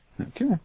Okay